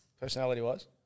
Personality-wise